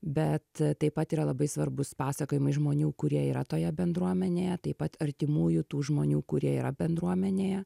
bet taip pat yra labai svarbūs pasakojimai žmonių kurie yra toje bendruomenėje taip pat artimųjų tų žmonių kurie yra bendruomenėje